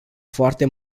foarte